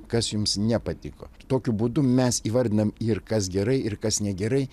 kas jums nepatiko tokiu būdu mes įvardinam ir kas gerai ir kas negerai